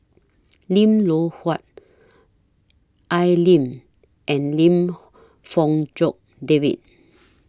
Lim Loh Huat Al Lim and Lim Fong Jock David